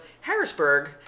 Harrisburg